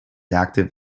active